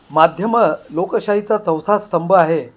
माध्यमं लोकशाहीचा चौथा स्तंभ आहे